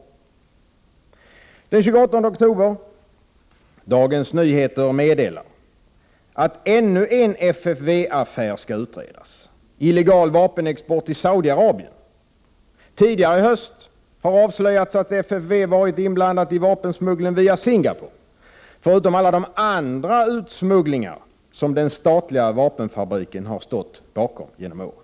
Den 28 oktober meddelar Dagens Nyheter att ännu en FFV-affär skall utredas: illegal vapenexport till Saudi-Arabien. Tidigare i höst har avslöjats att FFV varit inblandat i vapensmuggling via Singapore, förutom alla de andra utsmugglingar som den statliga vapenfabriken stått bakom genom åren.